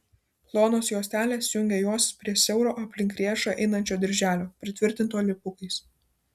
plonos juostelės jungė juos prie siauro aplink riešą einančio dirželio pritvirtinto lipukais